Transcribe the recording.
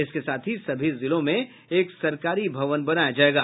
इसके साथ ही सभी जिलों में एक सहकारी भवन बनाया जायेगा